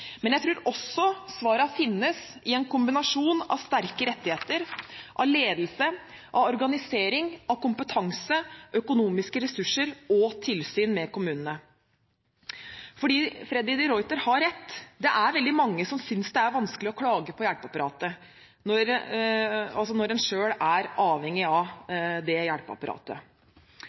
Men jeg tror også at svarene finnes i en kombinasjon av sterke rettigheter, ledelse, organisering, kompetanse, økonomiske ressurser og tilsyn med kommunene. For Freddy de Ruiter har rett. Det er veldig mange som synes det er vanskelig å klage på hjelpeapparatet når de selv er avhengig av det samme hjelpeapparatet.